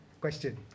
question